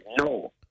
No